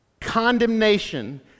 Condemnation